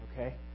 okay